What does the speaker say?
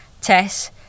Tess